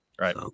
Right